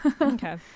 Okay